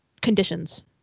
conditions